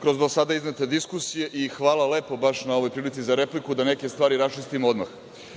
kroz do sada iznete diskusije. Hvala lepo baš na ovoj prilici za repliku, da neke stvari raščistimo odmah. Što